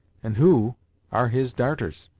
and who are his darters?